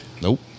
Nope